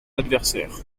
adversaire